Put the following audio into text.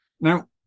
now